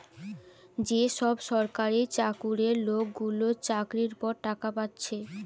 যে সব সরকারি চাকুরে লোকগুলা চাকরির পর টাকা পাচ্ছে